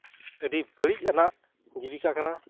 ᱟᱹᱰᱤ ᱵᱟᱹᱲᱤᱡ ᱟᱱᱟᱜ ᱡᱤᱵᱤᱠᱟ ᱠᱟᱱᱟ